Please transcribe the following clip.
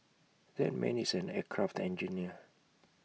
that man is an aircraft engineer